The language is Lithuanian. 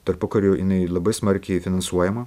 tarpukariu jinai labai smarkiai finansuojama